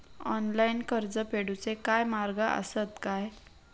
Online कर्ज फेडूचे काय मार्ग आसत काय?